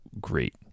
great